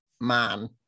man